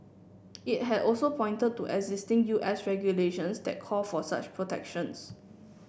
it had also pointed to existing U S regulations that call for such protections